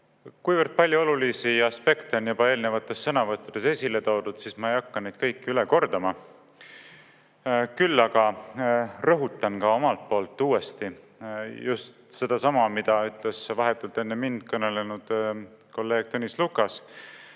Kuivõrd palju olulisi aspekte on juba eelnevates sõnavõttudes esile toodud, siis ma ei hakka neid kõiki üle kordama. Küll aga rõhutan omalt poolt uuesti just sedasama, mida ütles vahetult enne mind kõnelnud kolleeg Tõnis Lukas: